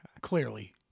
Clearly